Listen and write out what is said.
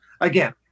Again